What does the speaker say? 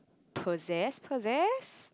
possess possess